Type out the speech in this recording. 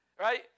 Right